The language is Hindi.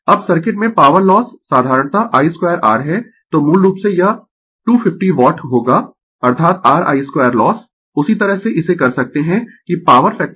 अब सर्किट में पॉवर लॉस साधारणतः I 2R है तो मूल रूप से यह 250 वाट होगा अर्थात r I 2 लॉस उसी तरह से इसे कर सकते है कि पॉवर फैक्टर